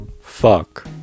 Fuck